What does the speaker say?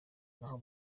n’abo